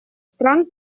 стран